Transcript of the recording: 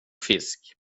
fisk